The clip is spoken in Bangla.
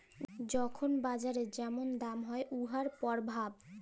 যখল বাজারে যেমল দাম হ্যয় উয়ার পরভাব